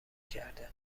کرده